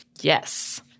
Yes